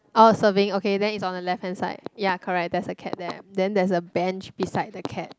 oh serving okay then is on the left hand side ya correct there's a cat there then there's a bench beside the cat